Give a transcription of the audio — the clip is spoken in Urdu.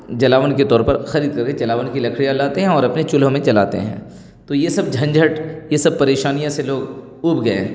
جلاون کے طور پر خرید کر کے جلاون کی لکڑیاں لاتے ہیں اور اپنے چولہوں میں جلاتے ہیں تو یہ سب جھنجھٹ یہ سب پریشانیوں سے لوگ اوب گئے ہیں